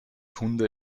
hunde